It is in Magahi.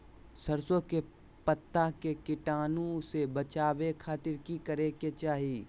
सरसों के पत्ता के कीटाणु से बचावे खातिर की करे के चाही?